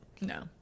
No